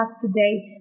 today